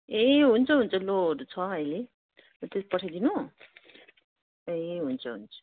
ए हुन्छ हुन्छ लोहरू छ अहिले पठाइदिनु ए हुन्छ हुन्छ